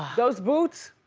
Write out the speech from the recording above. those boots,